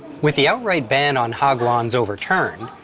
with the outright ban on hagwons overturned,